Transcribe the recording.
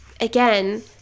Again